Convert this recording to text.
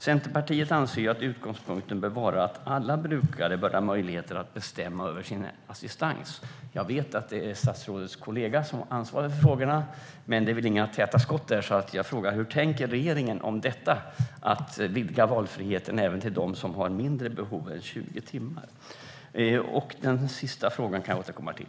Centerpartiet anser att utgångspunkten bör vara att alla brukare bör ha möjligheter att bestämma över sin assistans. Jag vet att det är statsrådets kollega som har ansvar för frågorna, men det är väl inga vattentäta skott så jag frågar: Hur tänker regeringen om detta att vidga valfriheten till dem som har mindre assistansbehov än 20 timmar? Den sista frågan kan jag återkomma till.